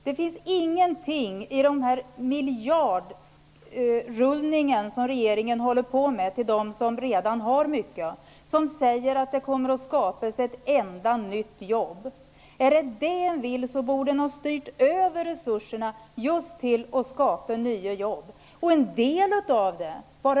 Det finns ingenting i den rullning av miljarder som regeringen håller på med, till dem som redan har mycket, som säger att det kommer att skapas ett enda nytt jobb. Om det är detta man vill borde man ha styrt över resurserna, just för att skapa nya jobb.